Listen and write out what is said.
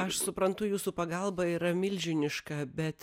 aš suprantu jūsų pagalba yra milžiniška bet